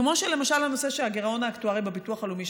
כמו שלמשל הנושא של הגירעון האקטוארי בביטוח לאומי,